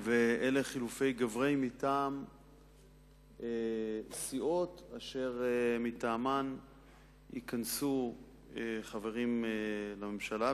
אלה חילופי גברי מטעם סיעות אשר מטעמן ייכנסו חברים לממשלה,